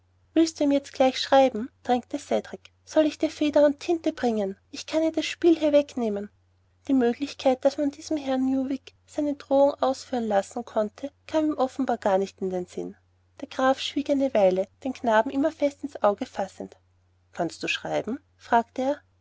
willst du ihm jetzt gleich schreiben drängte cedrik soll ich dir feder und tinte bringen ich kann ja das spiel hier wegnehmen die möglichkeit daß man diesen herrn newick seine drohung ausführen lassen könnte kam ihm offenbar gar nicht in den sinn der graf schwieg eine weile den knaben immer fest ins auge fassend kannst du schreiben fragte er